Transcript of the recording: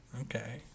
Okay